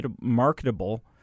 marketable